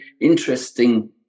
interesting